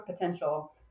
potential